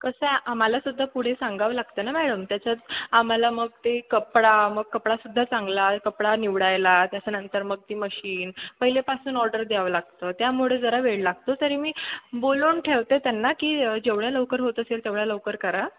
कसं आहे आम्हाला सुद्धा पुढे सांगावं लागतं ना मॅडम त्याच्यात आम्हाला मग ते कपडा मग कपडा सुद्धा चांगला कपडा निवडायला त्याच्यानंतर मग ती मशीन पहिलेपासून ऑर्डर द्यावं लागतं त्यामुळे जरा वेळ लागतो तरी मी बोलून ठेवते त्यांना की जेवढ्या लवकर होत असेल तेवढ्या लवकर करा